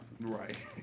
Right